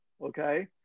Okay